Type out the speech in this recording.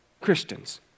Christians